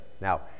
Now